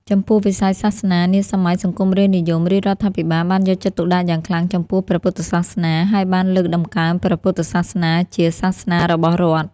ចំពោះ វិស័យសាសនា នាសម័យសង្គមរាស្ត្រនិយម រាជរដ្ឋាភិបាលបានយកចិត្តទុកដាក់យ៉ាងខ្លាំងចំពោះព្រះពុទ្ធសាសនា ហើយបាន លើកតម្កើងព្រះពុទ្ធសាសនាជាសាសនារបស់រដ្ឋ។